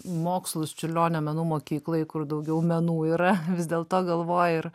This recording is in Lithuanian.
mokslus čiurlionio menų mokykloj kur daugiau menų yra vis dėlto galvoj ir